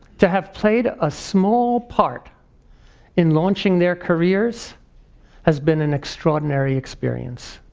to have played a small part in launching their careers has been an extraordinary experience.